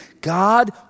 God